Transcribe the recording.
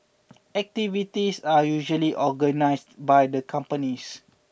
activities are usually organised by the companies